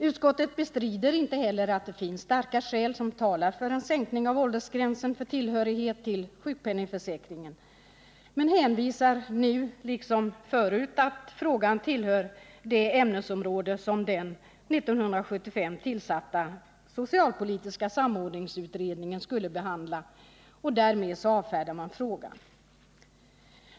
Utskottet bestrider inte heller att det finns starka skäl som talar för en sänkning av åldersgränsen för tillhörighet till sjukpenningförsäkringen men hänvisar nu liksom förut till att frågan tillhör det ämnesområde som den 1975 tillsatta socialpolitiska samordningsutredningen skulle behandla, och därmed avfärdar man frågan.